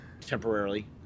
temporarily